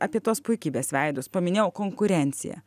apie tuos puikybės veidus paminėjau konkurenciją